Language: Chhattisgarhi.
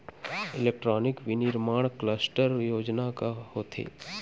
इलेक्ट्रॉनिक विनीर्माण क्लस्टर योजना का होथे?